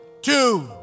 two